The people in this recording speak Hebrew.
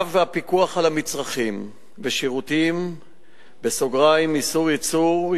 צו הפיקוח על מצרכים ושירותים (איסור ייצור,